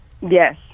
Yes